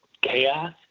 chaos